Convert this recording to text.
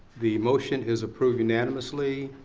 the motion is approved unanimously.